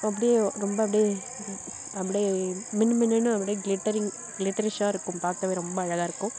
அப்படியே ரொம்ப அப்படியே அப்படியே மினுமினுன்னு அப்படியே கிலிட்டரிங் கிலிட்டரிஷாக இருக்கும் பார்க்கவே ரொம்ப அழகாக இருக்கும்